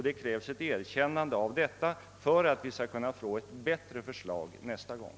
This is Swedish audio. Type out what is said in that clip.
Det krävs ett erkännande härav för att vi skall kunna få ett bättre förslag nästa gång.